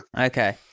Okay